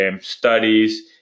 studies